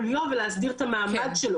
אנחנו מתחשבים בנסיבות האלה,